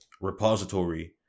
repository